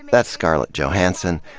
that's scarlett johansson,